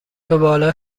دوباره